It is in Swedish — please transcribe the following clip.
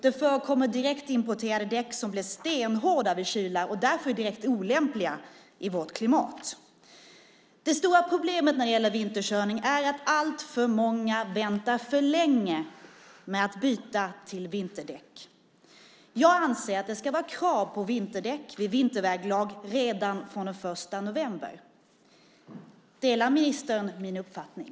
Det förekommer direktimporterade däck som blir stenhårda vid kyla och därför är direkt olämpliga i vårt klimat. Det stora problemet när det gäller vinterkörning är att alltför många väntar för länge med att byta till vinterdäck. Jag anser att det ska vara krav på vinterdäck vid vinterväglag redan från den första november. Delar ministern min uppfattning?